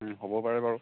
হ'ব পাৰে বাৰু